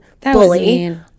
bully